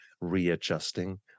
readjusting